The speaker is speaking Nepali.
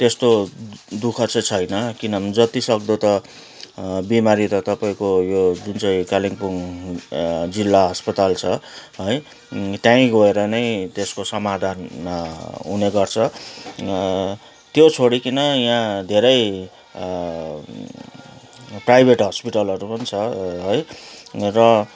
त्यस्तो दु ख चाहिँ छैन किनभने जतिसक्दो त बिमारी त तपाईँको यो जुन चाहिँ कालिम्पोङ जिल्ला अस्पताल छ है त्यहीँ गएर नै त्यसको समाधान हुने गर्छ त्यो छोडिकन यहाँ धेरै प्राइभेट हस्पिटलहरू पनि छ है र